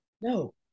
No